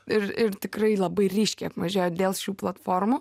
ir ir tikrai labai ryškiai apmažėjo dėl šių platformų